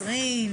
20,